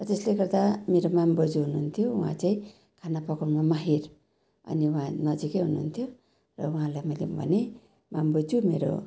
त्यसले गर्दा मेरो माम बोजू हुनुन्थ्यो उहाँ चाहिँ खाना पकाउनुमा माहिर अनि उहाँ नजिकै हुनुहुन्थ्यो र उहाँलाई मैले भनेँ माम बोजू मेरो